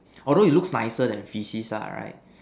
although it looks nicer than faeces lah right